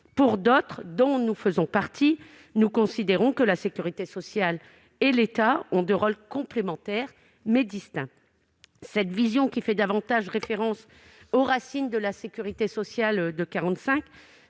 les tenants- dont nous faisons partie -d'une vision dans laquelle la sécurité sociale et l'État ont des rôles complémentaires mais distincts. Cette position fait davantage référence aux racines de la sécurité sociale de 1945